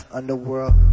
Underworld